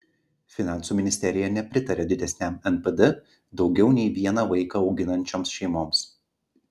finansų ministerija nepritaria didesniam npd daugiau nei vieną vaiką auginančioms šeimoms